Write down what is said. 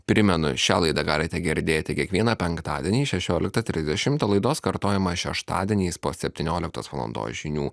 primenu šią laidą galite girdėti kiekvieną penktadienį šešioliktą tridešimt laidos kartojimą šeštadieniais po septynioliktos valandos žinių